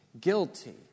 guilty